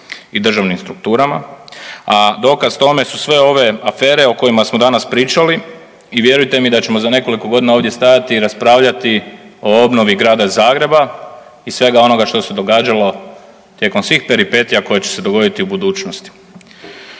i državnim strukturama, a dokaz tome su sve ove afere o kojima smo danas pričali i vjerujte mi da ćemo za nekoliko godina ovdje stajati i raspravljati o obnovi Grada Zagreba i svega onoga što se događalo tijekom svih peripetija koje će se dogoditi u budućnosti.